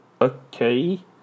okay